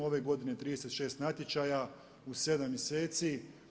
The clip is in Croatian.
Ove godine 36 natječaja u 7 mjeseci.